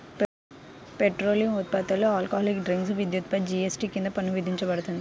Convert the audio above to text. petroleum ఉత్పత్తులు, alcoholic drinks, విద్యుత్పై GST కింద పన్ను విధించబడదు